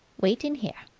wait in here,